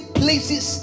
places